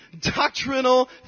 doctrinal